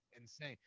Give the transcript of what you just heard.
insane